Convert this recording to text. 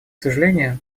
сожалению